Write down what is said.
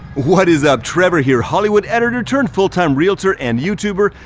what is up? trevor here, hollywood editor turned full-time realtor and youtuber.